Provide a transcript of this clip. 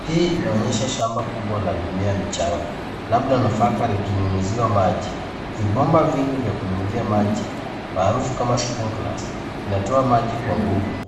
Hii inaonyesha shamba kubwa la mimea michanga, labda nafaka zikinyunyiziwa maji. Vibomba vingi vya kunyunyizia maji maarufu kama sprinklers inatoa maji kwa nguvu